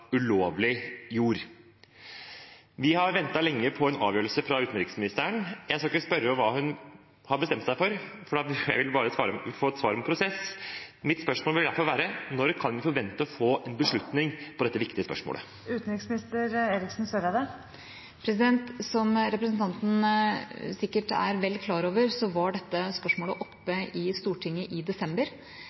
ulovlig jord. Vi har ventet lenge på en avgjørelse fra utenriksministeren. Jeg skal ikke spørre om hva hun har bestemt seg for, jeg vil bare få et svar om prosessen. Mitt spørsmål vil derfor være: Når kan vi forvente å få en beslutning i dette viktige spørsmålet? Som representanten sikkert er vel klar over, var dette spørsmålet oppe i Stortinget i desember.